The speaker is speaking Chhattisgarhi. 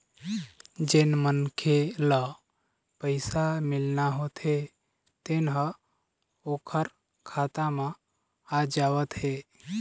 जेन मनखे ल पइसा मिलना होथे तेन ह ओखर खाता म आ जावत हे